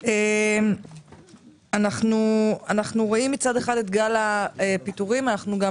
אנחנו רואים מצד אחד את גל הפיטורים אבל אנחנו גם